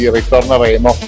ritorneremo